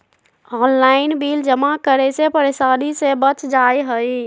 Online bill जमा करे से परेशानी से बच जाहई?